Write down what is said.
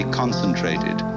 concentrated